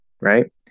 right